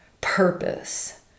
Purpose